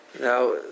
Now